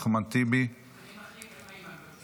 אחמד טיבי -- אני מחליף עם איימן,